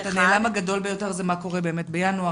הנעלם הגדול ביותר זה מה קורה בינואר,